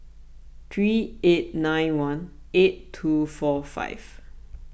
three eight nine one eight two four five